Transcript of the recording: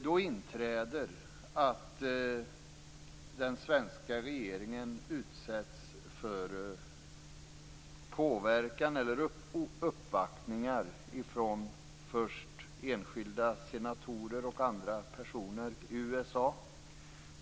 Då inträder det att den svenska regeringen utsätts för påverkan eller uppvaktningar från först enskilda senatorer och andra personer i USA.